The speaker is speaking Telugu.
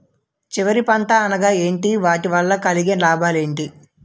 చివరి పంట అనగా ఏంటి వాటి వల్ల కలిగే లాభాలు ఏంటి